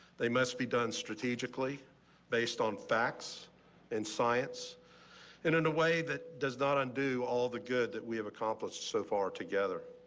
they must be done strategically based on facts and science in in a way that does not undo all the good that we have accomplished so far together.